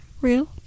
real